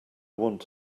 want